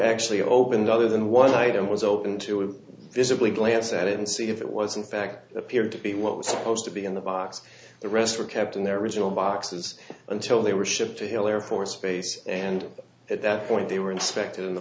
actually opened other than one item was open to a visibly glance at it and see if it was in fact appeared to be what was supposed to be in the box the rest were kept in their original boxes until they were shipped to hill air force base and at that point they were inspected and the